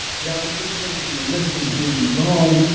the applications and the list is really long,